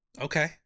Okay